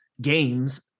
games